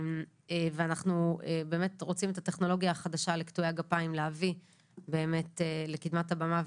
אנחנו באמת להביא את הטכנולוגיה החדשה לקטועי הגפיים לקדמת הבמה,